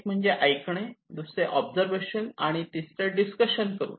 एक म्हणजे ऐकणे दुसरे ऑब्झर्वेशन आणि तिसरे डिस्कशन करून